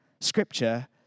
Scripture